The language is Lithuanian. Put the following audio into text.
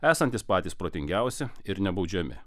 esantys patys protingiausi ir nebaudžiami